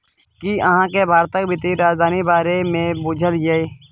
कि अहाँ केँ भारतक बित्तीय राजधानी बारे मे बुझल यै?